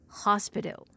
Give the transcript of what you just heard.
hospital